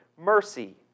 mercy